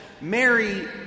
Mary